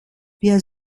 wir